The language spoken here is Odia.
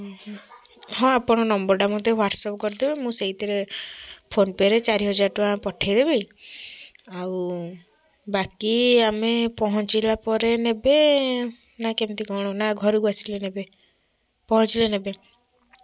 ହଁ ଆପଣ ନମ୍ବର୍ ଟା ମୋତେ ୱାଟସ୍ଅପ୍ କରିଦେବେ ମୁଁ ସେଇଥିରେ ଫୋନ୍ପେରେ ଚାରି ହଜାର ଟଙ୍କା ପଠେଇଦେବି ଆଉ ବାକି ଆମେ ପହଞ୍ଚିଲା ପରେ ନେବେ ନା କେମିତି କଣ ନା ଘରକୁ ଆସିଲେ ନେବେ ପହଞ୍ଚିଲେ ନେବେ